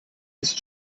ist